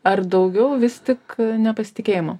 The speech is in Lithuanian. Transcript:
ar daugiau vis tik nepasitikėjimo